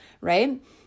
right